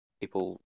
people